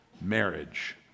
marriage